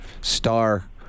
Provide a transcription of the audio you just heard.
star